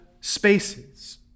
spaces